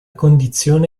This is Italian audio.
condizione